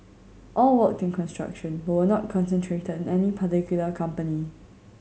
all worked in construction but were not concentrated in any particular company